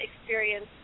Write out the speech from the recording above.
experience